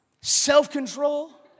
Self-control